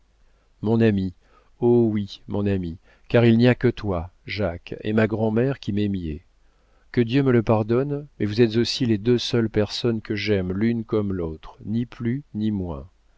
mon ami oh oui mon ami car il n'y a que toi jacques et ma grand'mère qui m'aimiez que dieu me le pardonne mais vous êtes aussi les deux seules personnes que j'aime l'une comme l'autre ni plus ni moins